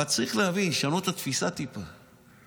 אבל צריך להבין ולשנות טיפה את התפיסה.